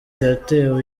yatewe